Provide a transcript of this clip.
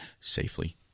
Safely